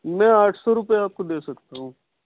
میں آٹھ سو روپیے آپ کو دے سکتا ہوں